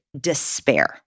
despair